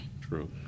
True